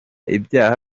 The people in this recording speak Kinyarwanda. ibyaha